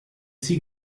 sie